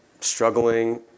struggling